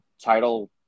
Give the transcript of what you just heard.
title